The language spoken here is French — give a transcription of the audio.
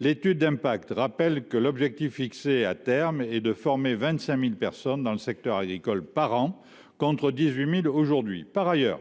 L’étude d’impact rappelle que l’objectif fixé, à terme, est de former 25 000 personnes dans le secteur agricole par an, contre 18 000 aujourd’hui. Par ailleurs,